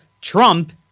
trump